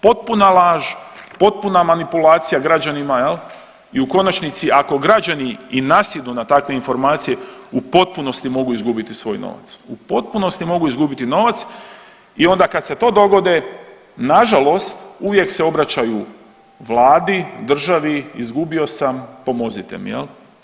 Potpuna laž, potpuna manipulacija građanima i u konačnici ako građani i nasjednu na takve informacije u potpunosti mogu izgubiti svoj novac, u potpunosti mogu izgubiti novac i onda kada se to dogodi nažalost uvijek se obraćaju vladi, državi, izgubio sam pomozite mi.